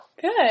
good